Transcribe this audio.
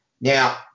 Now